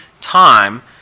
time